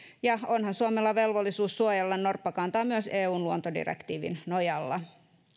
ja onhan suomella velvollisuus suojella norppakantaa myös eun luontodirektiivin nojalla